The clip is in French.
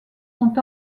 sont